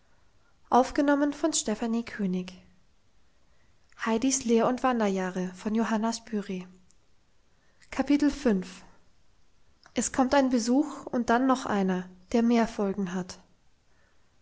es kommt ein besuch und dann noch einer der mehr folgen hat